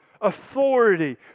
authority